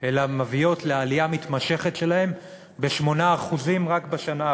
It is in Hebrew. אלא מביאות לעלייה מתמשכת שלהם ב-8% רק בשנה האחרונה.